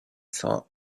thought